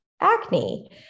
acne